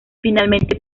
finalmente